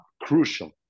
crucial